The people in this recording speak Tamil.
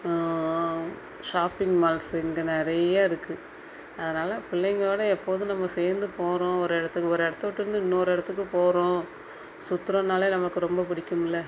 ஷாப்பிங் மால்ஸு இங்கே நிறைய இருக்குது அதனால் பிள்ளைங்களோட எப்போதும் நம்ம சேர்ந்து போகிறோம் ஒரு இடத்துக்கு ஒரு இடத்த விட்டு வந்து இன்னொரு இடத்துக்கு போகிறோம் சுத்துகிறோன்னாலே நமக்கு ரொம்ப பிடிக்கும்ல